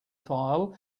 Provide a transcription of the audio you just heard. file